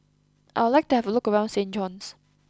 I would like to have a look around Saint John's